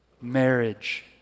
marriage